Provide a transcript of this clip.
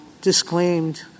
disclaimed